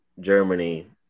Germany